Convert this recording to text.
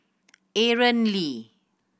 Aaron Lee